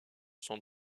sont